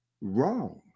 wrong